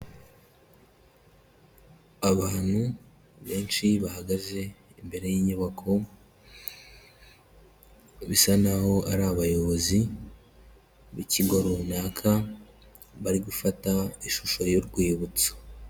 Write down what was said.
Abantu benshi bahagaze imbere y'inyubako, bisa n'aho ari abayobozi b'ikigo runaka bari gufata ishusho y'urwibutso.